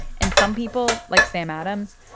and some people, like sam adams,